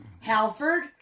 Halford